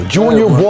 Junior